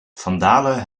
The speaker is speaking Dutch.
vandalen